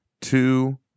two